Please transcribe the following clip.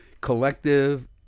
collective